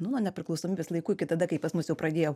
nuo nepriklausomybės laikų iki tada kai pas mus jau pradėjo